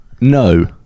no